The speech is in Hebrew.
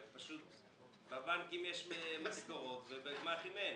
רק שבבנקים יש משכורות ובגמ"חים אין.